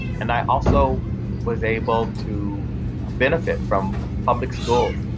and i also was able to benefit from public schools,